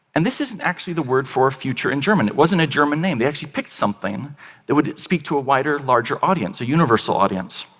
and this isn't actually the word for future in german, it wasn't a german name, they actually picked something that would speak to a wider, larger audience, a universal audience.